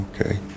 okay